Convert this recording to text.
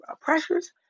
pressures